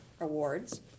Awards